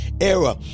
era